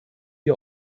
ihr